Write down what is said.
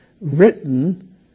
written